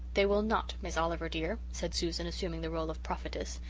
they will not, miss oliver dear, said susan, assuming the role of prophetess.